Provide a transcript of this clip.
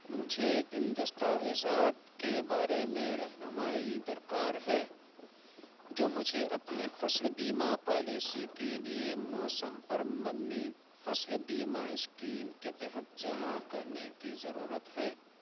مجھے ان دستاویزات کے بارے میں رہنمائی درکار ہے جو مجھے اپنی فصل بیمہ پالیسی کے لیے موسم پر مبنی فصل بیمہ اسکیم کے تحت جمع کرنے کی ضرورت ہے